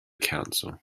council